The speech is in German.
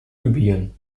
libyen